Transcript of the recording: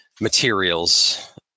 materials